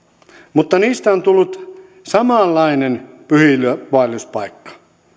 mutta niistä on tullut samanlainen pyhiinvaelluspaikka